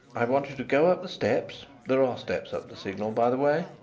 i want you to go up the steps there are steps up the signal, by the way?